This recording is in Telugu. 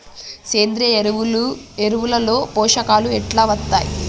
సేంద్రీయ ఎరువుల లో పోషకాలు ఎట్లా వత్తయ్?